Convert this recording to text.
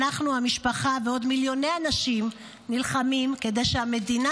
אנחנו המשפחה ועוד מיליוני אנשים נלחמים כדי שהמדינה